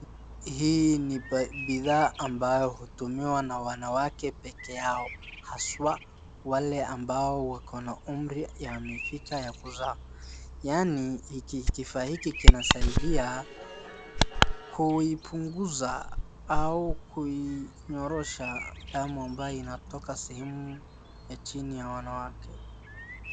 hii ni bidhaa ambayo hutumiwa na wanawake pekee yao haswa wale wamefika umri ya kuzaa , yaani kifaa hiki husaidia kuipunguza au kuinyorosha damu ambayo inatoka sehemu ya chini ya wanawake